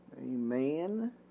Amen